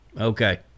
Okay